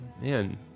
man